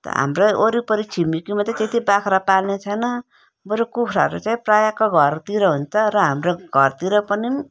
हाम्रो वरिपरि छिमेकीमा त त्यति बाख्रा पाल्ने छैन बरू कुखुराहरू चाहिँ प्रायःको घरतिर हुन्छ र हाम्रो घरतिर पनि